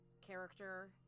character